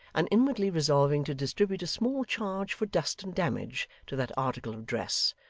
and inwardly resolving to distribute a small charge for dust and damage to that article of dress,